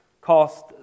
cost